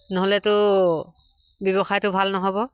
নহ'লেতো ব্যৱসায়টো ভাল নহ'ব